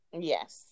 yes